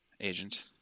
agent